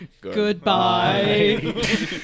Goodbye